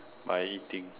by eating